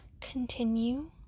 continue